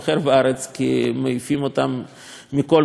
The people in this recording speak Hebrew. כי מעיפים אותם מכל מקום אפשרי.